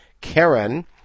Karen